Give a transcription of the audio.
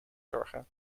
zorgen